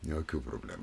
jokių problemų